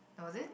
was it